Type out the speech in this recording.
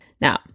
Now